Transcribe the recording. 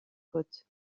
côte